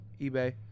eBay